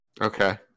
Okay